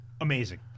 Amazing